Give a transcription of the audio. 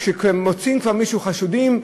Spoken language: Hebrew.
כשמוצאים כבר חשודים,